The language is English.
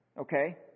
Okay